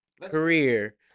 career